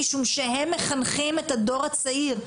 משום שהם מחנכים את הדור הצעיר.